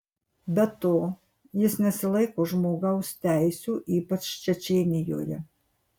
be to jis nesilaiko žmogaus teisių ypač čečėnijoje